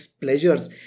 pleasures